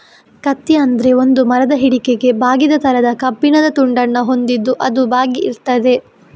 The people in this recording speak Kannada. ಕತ್ತಿ ಅಂದ್ರೆ ಒಂದು ಮರದ ಹಿಡಿಕೆಗೆ ಬಾಗಿದ ತರದ ಕಬ್ಬಿಣದ ತುಂಡನ್ನ ಹೊಂದಿದ್ದು ಅದು ಬಾಗಿ ಇರ್ತದೆ